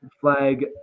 flag